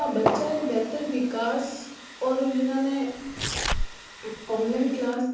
हाँ बच्चा या बेहतर विकास और विना ने ऑनलाइन क्लास